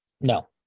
No